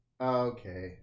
okay